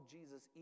Jesus